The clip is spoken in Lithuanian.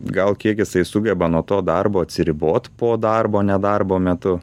gal kiek jisai sugeba nuo to darbo atsiribot po darbo nedarbo metu